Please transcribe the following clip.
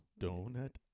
Donut